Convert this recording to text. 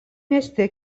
mieste